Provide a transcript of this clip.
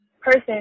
person